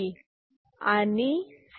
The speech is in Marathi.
B A